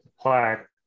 plaque